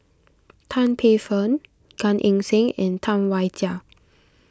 Tan Paey Fern Gan Eng Seng and Tam Wai Jia